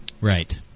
Right